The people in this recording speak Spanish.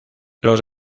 los